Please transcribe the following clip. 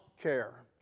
care